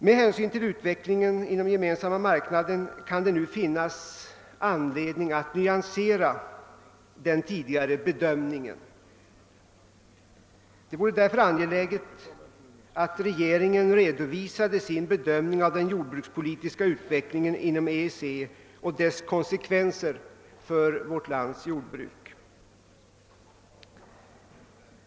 Med hänsyn till utvecklingen inom Gemensamma marknaden kan det nu finnas anledning att nyansera den tidigare bedömningen. Det är därför angeläget att regeringen redovisar sin be dömning av den jordbrukspolitiska utvecklingen inom EEC och dess konsekvenser för vårt lands jordbruk.